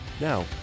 Now